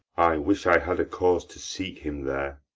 i wish i had a cause to seek him there,